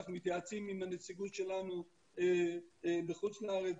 אנחנו מתייעצים עם הנציגות שלנו בחוץ לארץ,